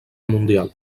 mundial